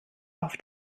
auf